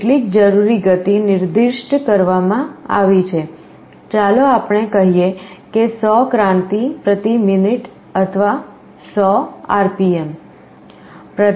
કેટલીક જરૂરી ગતિ નિર્દિષ્ટ કરવામાં આવી છે ચાલો આપણે કહીએ 100 ક્રાંતિ પ્રતિ મિનિટ અથવા 100 RPM